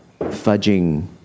fudging